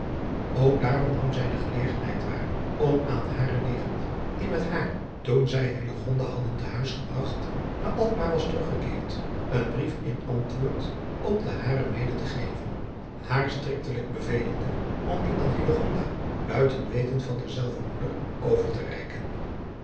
ook daarom nam zij de gelegenheid waar om aan hare nicht die met haar toen zij hillegonda hadden te huis gebragt naar alkmaar was teruggekeerd een brief in antwoord op den haren meadriaan loosjes pzn het leven van hillegonda buisman de te geven haar striktelijk bevelende om dien aan hillegonda buiten weten van derzelver moeder over te reiken